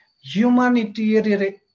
humanitarian